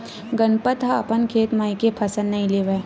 गनपत ह अपन खेत म एके फसल नइ लेवय